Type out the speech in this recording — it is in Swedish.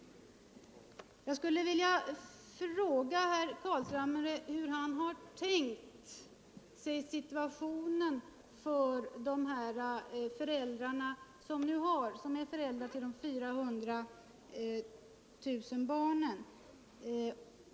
Jag skulle vilja fråga herr Carlshamre hur han har tänkt sig situationen för föräldrarna till de 400 000 barnen.